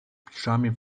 piżamie